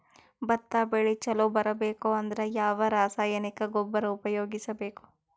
ಭತ್ತ ಬೆಳಿ ಚಲೋ ಬರಬೇಕು ಅಂದ್ರ ಯಾವ ರಾಸಾಯನಿಕ ಗೊಬ್ಬರ ಉಪಯೋಗಿಸ ಬೇಕು?